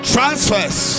Transfers